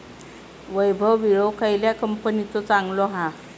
वैभव विळो खयल्या कंपनीचो चांगलो हा?